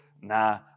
Nah